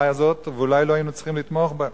הזאת ואולי לא היינו צריכים לתמוך בה.